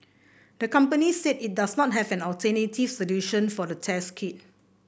the company said it does not have an alternative solution for the test kit